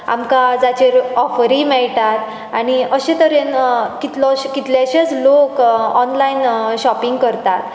आमकां जाचेर ऑफरीय मेळटात आनी अशे तरेन कितलोश कितलेशेच लोक ऑनलायन शॉपींग करतात